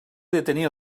detenir